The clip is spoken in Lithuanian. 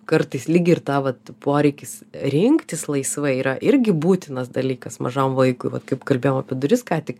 kartais lyg ir ta vat poreikis rinktis laisvai yra irgi būtinas dalykas mažam vaikui vat kaip kalbėjom apie duris ką tik